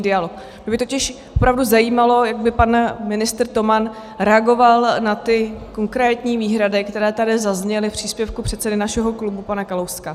Mě by totiž opravdu zajímalo, jak by pan ministr Toman reagoval na ty konkrétní výhrady, které tady zazněly v příspěvku předsedy našeho klubu pana Kalouska.